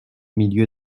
milieu